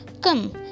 Come